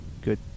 good